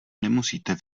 nemusíte